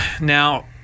now